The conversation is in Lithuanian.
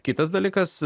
kitas dalykas